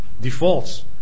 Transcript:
Defaults